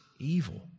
evil